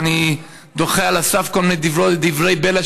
ואני דוחה על הסף כל מיני דברי בלע,